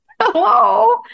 hello